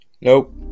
nope